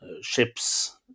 ships